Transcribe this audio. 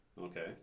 okay